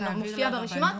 שמופיע ברשימה,